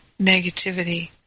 negativity